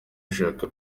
ashaka